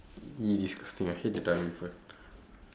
!ee! disgusting I hate that time with her